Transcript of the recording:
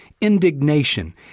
indignation